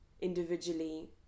individually